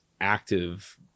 active